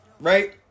Right